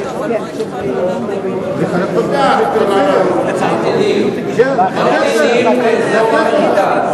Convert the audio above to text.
אתם לא נותנים אותן לאנשי פריפריה, זה לא נכון.